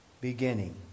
beginning